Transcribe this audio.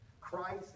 Christ